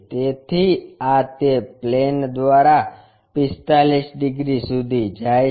તેથી આ તે પ્લેન દ્વારા 45 ડિગ્રી સુધી જાય છે